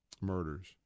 murders